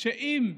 שאם